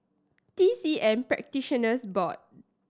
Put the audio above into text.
T C M Practitioners Board